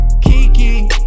Kiki